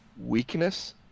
weakness